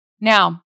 Now